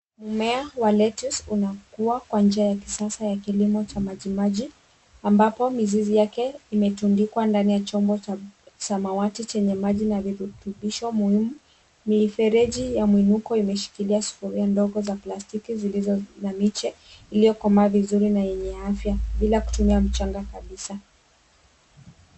Mmea wa lettuce unakua kwa njia ya kisasa ya kilimo cha maji maji ambapo mizizi yake imetundikwa ndani ya chombo cha samawati chenye maji na virutubisho muhimu. Mifereji ya mwiunuko imeshikilia sufuria ndogo za plastiki zilizo na miche iliyokomaa vizuri na yenye afya bila kutumia mchanga kabisa.